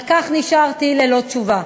על כך נשארתי ללא תשובה.